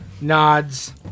Nods